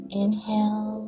inhale